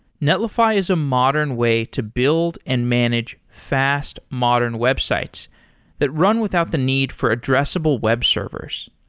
netlify is a modern way to build and manage fast modern websites that run without the need for addressable web servers.